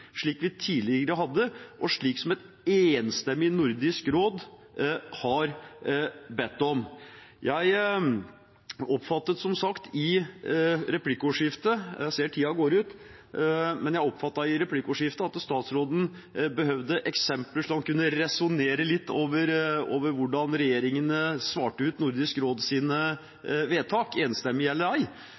slik vi tidligere hadde, og slik som et enstemmig Nordisk råd har bedt om? Jeg oppfattet som sagt i replikkordskiftet – jeg ser at tiden går ut – at statsråden behøvde eksempler, så han kunne resonnere litt over hvordan regjeringene svarte ut Nordisk råds vedtak, enstemmige eller ei. Her har han fått ett eksempel. Jeg